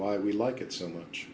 why we like it so much